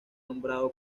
nombrado